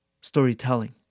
Storytelling